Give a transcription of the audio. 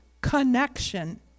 connection